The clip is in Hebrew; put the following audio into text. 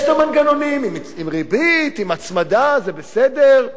יש המנגנונים, עם ריבית, עם הצמדה, זה בסדר.